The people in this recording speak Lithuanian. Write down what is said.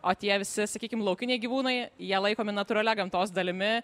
o tie visi sakykim laukiniai gyvūnai jie laikomi natūralia gamtos dalimi